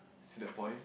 to that point